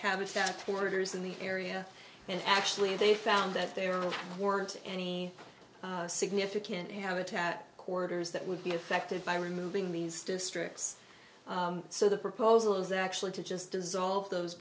habitat orders in the area and actually they found that there weren't any significant habitat corridors that would be affected by removing these districts so the proposal is actually to just dissolve those